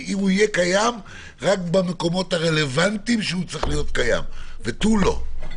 אלא רק במקומות שבהם הוא צריך להיות קיים ותו לא.